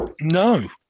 No